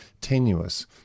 tenuous